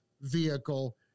vehicle